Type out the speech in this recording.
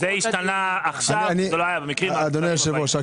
זה השתנה עכשיו ולא היה במקרים --- אדוני היושב-ראש,